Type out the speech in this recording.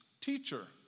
Teacher